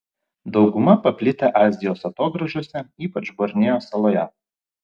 dauguma paplitę azijos atogrąžose ypač borneo saloje